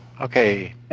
Okay